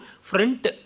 front